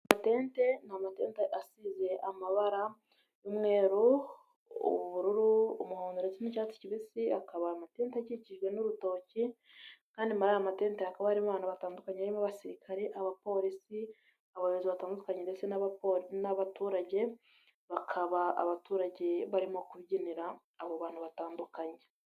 Itente ni amatente asize amabara y'umweru, ubururu, umuhondo ndetse n'icyatsi kibisi, akaba amatente akikijwe n'urutoki, kandi muri aya matente hakaba hari impano batandukanye, barimo abasirikare abapolisi abayobozi batandukanye ndetse n'abaturage, bakaba abaturage barimo kubyinira abo bantu batandukanye.